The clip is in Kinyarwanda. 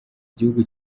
igihugu